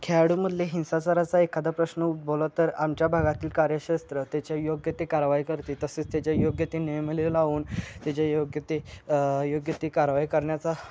खेळाडूंमधले हिंसाचाराचा एखादा प्रश्न उद्भवला तर आमच्या भागातील कार्यक्षेत्र त्याच्यावर योग्य ते कारवाई करते तसेच त्याचे योग्य ते नियमावली लावून त्याचे योग्य ते योग्य ते कारवाई करण्याचा